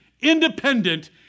independent